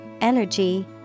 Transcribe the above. energy